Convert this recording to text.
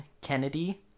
kennedy